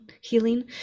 healing